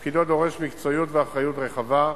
תפקידו דורש מקצועיות ואחריות רחבה,